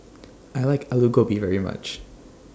I like Aloo Gobi very much